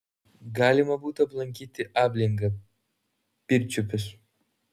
galima būtų aplankyti ablingą pirčiupius